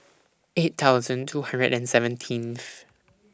eight thousand two hundred and seventeenth